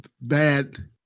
bad